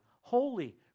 holy